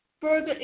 further